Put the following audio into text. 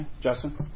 Justin